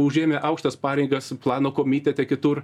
užėmė aukštas pareigas plano komitete kitur